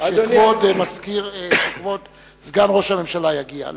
שכבוד סגן ראש הממשלה יגיע למליאה.